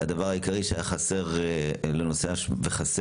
הדבר העיקרי שהיה חסר ועדיין חסר,